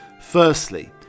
Firstly